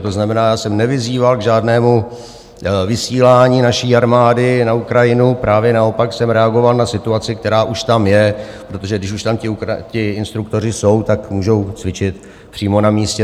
To znamená, já jsem nevyzýval k žádnému vysílání naší armády na Ukrajinu, právě naopak jsem reagoval na situaci, která už tam je, protože když už tam ti instruktoři jsou, tak můžou cvičit přímo na místě.